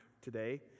today